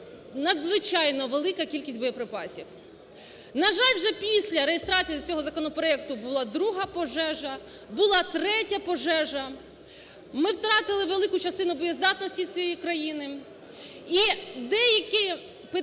надзвичайно велика кількість боєприпасів. На жаль, вже після реєстрації цього законопроекту була друга пожежа, була третя пожежа, ми втратили велику частину боєздатності цієї країни і деякі питання